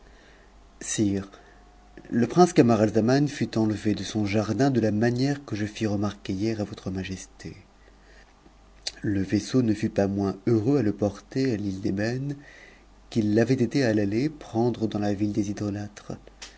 le prince camaralzaman tut enlevé de son jardin de la manière que je fis remarquer hier à votre majesté le vaisseau ne fut pas moins heureux à le porter à l'île d'ébène qu'il l'avait été à l'aller prendre dan la ville des